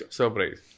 surprise